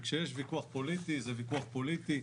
וכשיש ויכוח פוליטי זה ויכוח פוליטי.